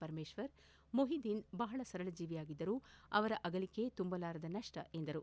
ಪರಮೇಶ್ವರ್ ಮೊಹಿದೀನ್ ಬಹಳ ಸರಳ ಜೀವಿಯಾಗಿದ್ದರು ಅವರ ಅಗಲಿಕೆ ತುಂಬಲಾರದ ನಷ್ಟ ಎಂದರು